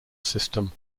system